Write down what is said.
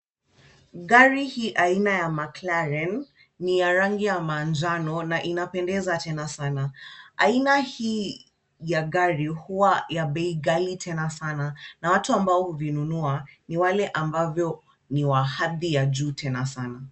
Gari hii aina ya Maclaren, ni ya rangi ya manjano na inapendeza tena sana. Aina hii ya gari huwa ya bei ghali tena sana na watu ambao huvinunua, ni wale ambavyo ni wa hadhi ya juu tena sana.